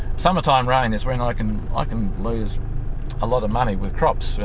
summertime rain is when i can ah can lose a lot of money with crops,